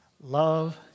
Love